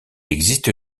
existe